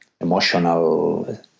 emotional